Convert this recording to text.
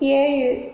ஏழு